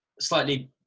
slightly